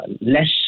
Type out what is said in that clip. less